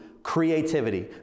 creativity